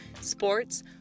sports